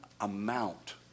amount